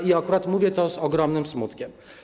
I akurat mówię to z ogromnym smutkiem.